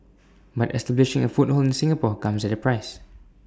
but establishing A foothold in Singapore comes at A price